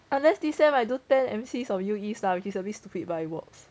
unless this sem I do ten M_C of U_E lah which is a bit stupid but it works